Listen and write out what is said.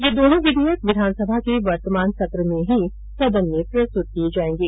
ये दोंनों विधेयक विधानसभा के वर्तमान सत्र में ही सदन में प्रस्तुत किए जाएंगे